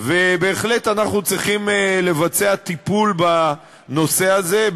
ובהחלט אנחנו צריכים לבצע טיפול בנושא הזה,